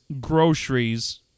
groceries